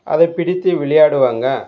அதை பிடித்து விளையாடுவாங்க